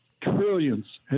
trillions